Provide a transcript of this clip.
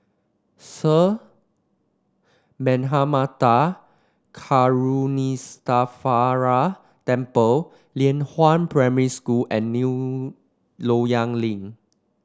Sir Karuneshvarar Temple Lianhua Primary School and New Loyang Link